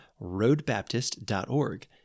roadbaptist.org